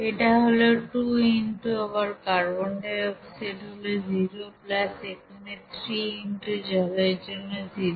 এটা হল 2 x আবার কার্বন ডাই অক্সাইড হলো 0 এখানে 3 x জলের জন্য 0